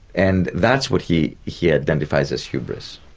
and that's what he he identifies as hubris.